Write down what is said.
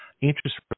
interest